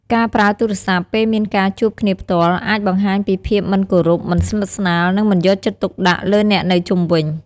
ការប្រើទូរស័ព្ទពេលមានការជួបគ្នាផ្ទាល់អាចបង្ហាញពីភាពមិនគោរព មិនស្និទ្ធស្នាល និងមិនយកចិត្តទុកដាក់លើអ្នកនៅជុំវិញ។